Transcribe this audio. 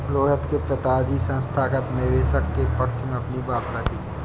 रोहित के पिताजी संस्थागत निवेशक के पक्ष में अपनी बात रखी